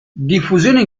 diffusione